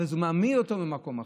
זה מעמיד אותו במקום אחר.